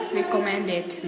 recommended